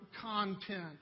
content